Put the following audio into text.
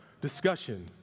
discussion